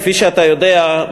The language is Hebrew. כפי שאתה יודע,